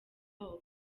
babo